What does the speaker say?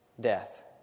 death